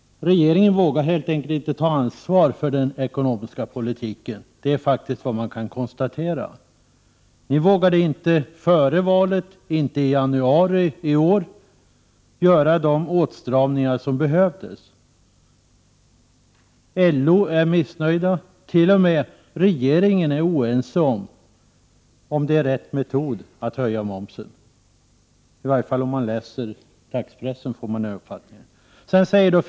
Regeringen vågar helt enkelt inte ta ansvar för den ekonomiska politiken. Det är faktiskt vad man kan konstatera. Ni vågade inte före valet och inte i januari i år göra de åstramningar som behövdes. LO är missnöjt. T.o.m. inom regeringen är man oense om huruvida det är den rätta metoden att höja momsen. Den uppfattningen får man i varje fall när man läser dagspressen.